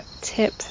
tip